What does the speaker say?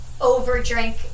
over-drink